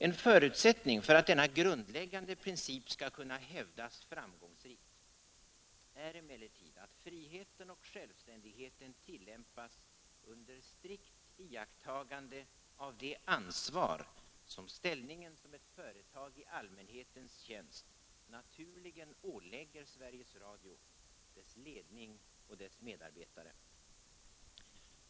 En förutsättning för att denna grundläggande princip skall kunna hävdas framgångsrikt är emellertid att friheten och självständigheten tillämpas under strikt iakttagande av det ansvar som ställningen som ett företag i allmänhetens tjänst naturligen ålägger Sveriges Radio, dess ledning och dess medarbetare.